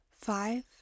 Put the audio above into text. five